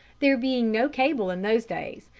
there being no cable in those days,